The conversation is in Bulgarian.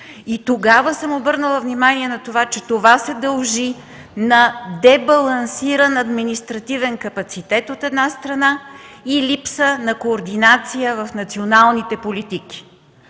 И тогава съм обърнала внимание, че това се дължи на дебалансиран административен капацитет, от една страна, и липса на координация в националните политики.